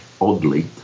oddly